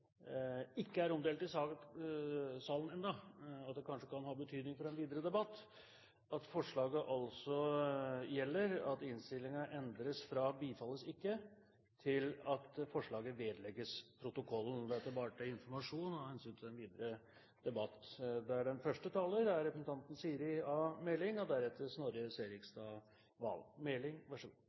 ikke er omdelt i salen ennå, og det kanskje kan ha betydning for den videre debatt, at det forslaget gjelder, er at innstillingen endres fra «bifalles ikke» til at representantforslaget «vedlegges protokollen» – dette bare til informasjon av hensyn til den videre debatt. Jeg er glad for at statsråd Terje Riis-Johansen sist mandag kunne meddele at han har planer om å foreta en bred gjennomgang av kraft- og